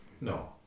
no